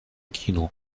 kino